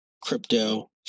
crypto